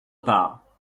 part